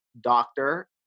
doctor